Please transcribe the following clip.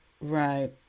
Right